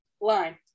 line